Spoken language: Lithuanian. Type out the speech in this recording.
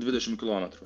dvidešimt kilometrų